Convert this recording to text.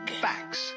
Facts